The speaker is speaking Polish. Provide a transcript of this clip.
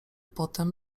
potem